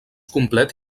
complet